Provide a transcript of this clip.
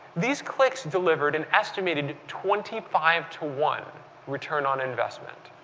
these clicks delivered an estimated twenty five to one return on investment.